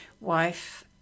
wife